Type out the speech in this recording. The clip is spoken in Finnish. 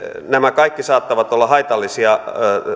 nämä kaikki saattavat olla haitallisia